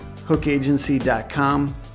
Hookagency.com